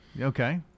Okay